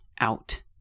out